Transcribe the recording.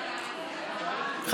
נגד.